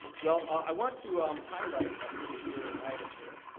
well, i want to um highlight a particular item here.